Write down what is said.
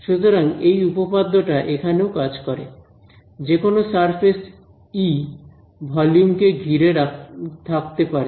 সুতরাং এই উপপাদ্য টা এখানেও কাজ করে যেকোনো সারফেস ই ভলিউম কে ঘিরে থাকতে পারে